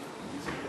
נכונה